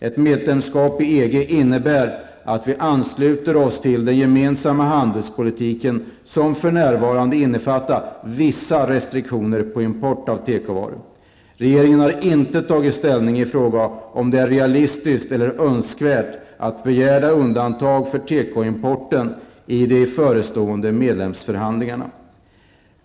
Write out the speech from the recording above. Ett medlemskap i EG innebär att vi ansluter oss till den gemensamma handelspolitiken, som för närvarande innefattar vissa restriktioner för import av tekovaror. Regeringen har inte tagit ställning i frågan om det är realistiskt eller önskvärt att begära undantag för tekoimporten i de förestående medlemsförhandlingarna.